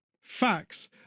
Facts